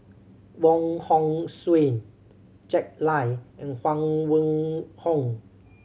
Wong Hong Suen Jack Lai and Huang Wenhong